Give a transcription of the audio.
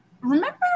Remember